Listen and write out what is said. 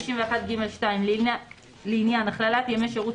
סעיף 161(ג)(2) לעניין הכללת ימי שירות